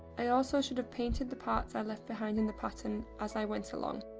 i also should have painted the parts i left behind in the pattern as i went along,